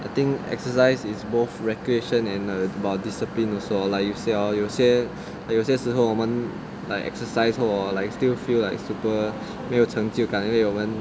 I think exercise is both recreation and err for disciplined also like you see ah 有些有些时候我们 like exercise 后 hor like still feel like super 没有成就感因为我们